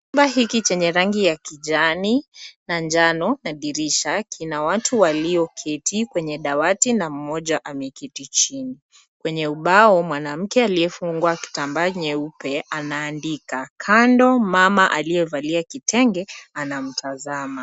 Chumba hiki chenye rangi ya kijani na njano na dirisha, kina watu walioketi kwenye dawati na mmoja ameketi chini. Kwenye ubao mwanamke aliyefungwa kitambaa nyeupe anaandika. Kando mama aliyevalia kitenge anamtazama.